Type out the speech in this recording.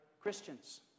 Christians